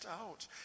out